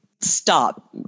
stop